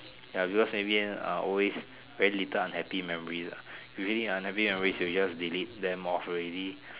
ya because always very little memories ah usually unhappy memories you will just delete them off already